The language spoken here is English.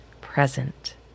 present